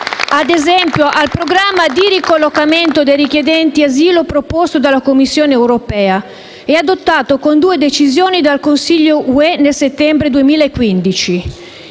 ad esempio, al programma di ricollocamento dei richiedenti asilo proposto dalla Commissione europea e adottato con due decisioni del Consiglio UE nel settembre 2015.